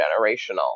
generational